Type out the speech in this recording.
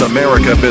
America